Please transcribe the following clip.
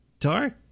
Dark